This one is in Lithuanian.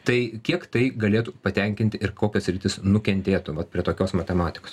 tai kiek tai galėtų patenkinti ir kokios sritys nukentėtų vat prie tokios matematikos